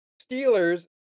Steelers